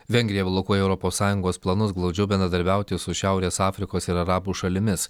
vengrija blokuoja europos sąjungos planus glaudžiau bendradarbiauti su šiaurės afrikos ir arabų šalimis